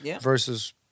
versus